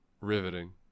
riveting